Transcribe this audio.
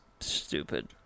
stupid